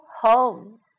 home